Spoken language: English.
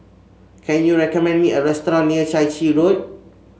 can you recommend me a restaurant near Chai Chee Road